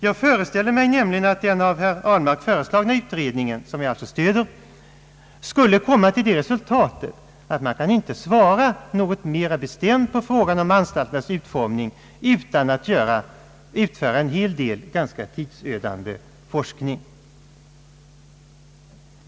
Jag föreställer mig nämligen att den av herr Ahlmark föreslagna utredningen — ett förslag som jag alltså stöder — skulle komma till det resultatet att man inte kan svara något mera bestämt på frågan om anstalternas utformning utan att bedriva en hel del ganska tidsödande forskning.